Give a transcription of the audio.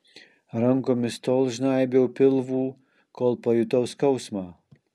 rankomis tol žnaibiau pilvų kol pajutau skausmą